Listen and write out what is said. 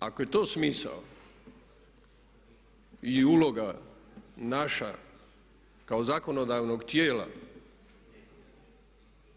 Ako je to smisao i uloga naša kao zakonodavnog tijela,